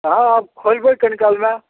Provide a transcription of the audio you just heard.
हँ आब खोलबै कनिकालमे